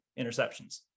interceptions